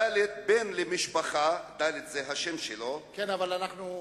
ד', בן למשפחת" ד' זה השם שלו, כן, אבל אנחנו,